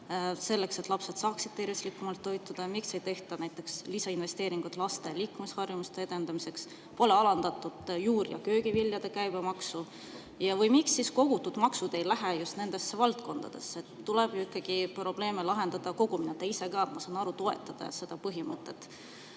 selleks et lapsed saaksid tervislikumalt toituda? Ja miks ei tehta näiteks lisainvesteeringuid laste liikumisharjumuste edendamiseks, pole alandatud juur‑ ja köögiviljade käibemaksu? Või miks kogutud maksud ei lähe just nendesse valdkondadesse? Tuleb ikkagi probleeme lahendada kogumina. Te ise ka, ma saan aru, toetate seda põhimõtet.